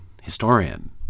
historian